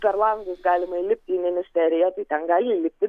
per langus galima įlipti į ministeriją tai ten gali įlipti